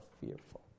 fearful